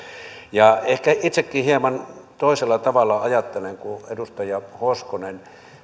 ehkä itsekin hieman toisella tavalla ajattelen kuin edustaja hoskonen